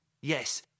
Yes